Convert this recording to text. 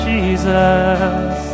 Jesus